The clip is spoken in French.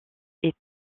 est